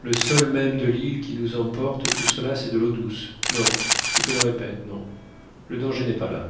le sol même de l'île qui nous emporte tout cela c'est de l'eau douce non je te le répète non le danger n'est pas là